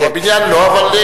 בבניין לא.